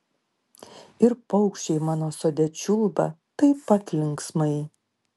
ir paukščiai mano sode čiulba taip pat linksmai